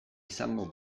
izango